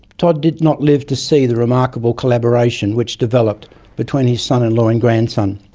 todd did not live to see the remarkable collaboration which developed between his son-in-law and grandson,